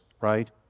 right